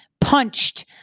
punched